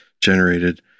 generated